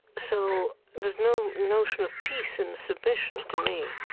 so there's no notion of peace in submission, to me,